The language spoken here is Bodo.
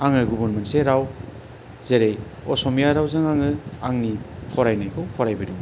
आङो गुबुन मोनसे राव जेरै असमिया रावजों आङो आंनि फरायनायखौ फरायबोदोंमोन